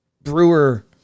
brewer